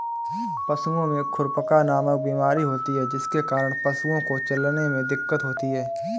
पशुओं में खुरपका नामक बीमारी होती है जिसके कारण पशुओं को चलने में दिक्कत होती है